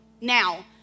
Now